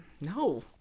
No